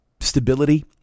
stability